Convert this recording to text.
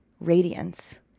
radiance